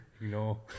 No